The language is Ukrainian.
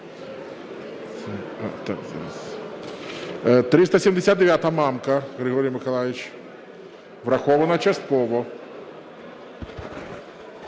379-а. Мамка Григорій Миколайович. Врахована частково.